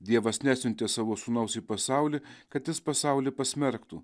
dievas nesiuntė savo sūnaus į pasaulį kad jis pasaulį pasmerktų